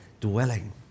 dwelling